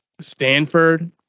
Stanford